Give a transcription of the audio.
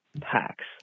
packs